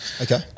Okay